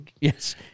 yes